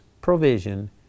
provision